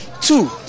two